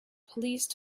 police